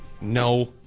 No